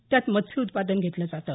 त्यात मत्स्य उत्पादन घेतलं आहे